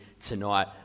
tonight